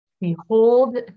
Behold